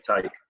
take